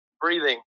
breathing